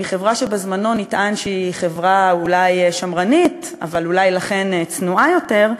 מחברה שבזמנו נטען שהיא חברה אולי שמרנית אבל אולי לכן צנועה יותר,